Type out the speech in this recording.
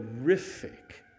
horrific